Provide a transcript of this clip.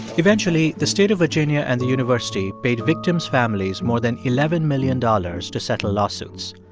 eventually, the state of virginia and the university paid victims' families more than eleven million dollars to settle lawsuits.